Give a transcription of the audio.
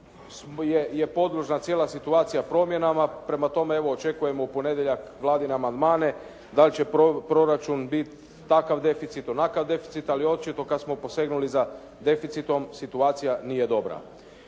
je podložna cijela situacija promjenama. Prema tome, evo očekujemo u ponedjeljak Vladine amandmane da li će proračun biti takav deficit, onakav deficit ali očito kad smo posegnuli za deficitom situacija nije dobra.